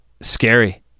scary